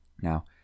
Now